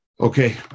Okay